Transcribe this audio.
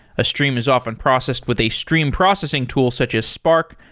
a stream is often processed with a stream processing tool such as spark,